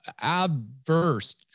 adverse